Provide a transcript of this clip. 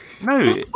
No